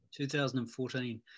2014